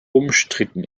umstritten